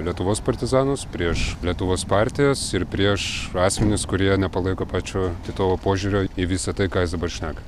lietuvos partizanus prieš lietuvos partijas ir prieš asmenis kurie nepalaiko pačio titovo požiūrio į visa tai ką jis dabar šneka